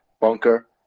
bunker